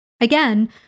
again